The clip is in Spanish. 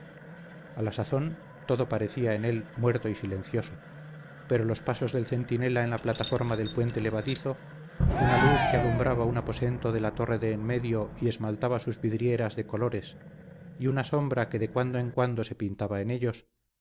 a la sazón todo parecía en él muerto y silencioso pero los pasos del centinela en la plataforma del puente levadizo una luz que alumbraba un aposento de la torre de en medio y esmaltaba sus vidrieras de colores y una sombra que de cuando en cuando se pintaba en ellos